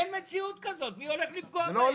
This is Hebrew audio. אין מציאות כזאת, מי הולך לפגוע בהם?